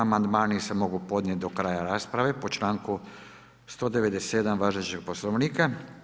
Amandmani se mogu podnijeti do kraja rasprave po članku 197. važećeg Poslovnika.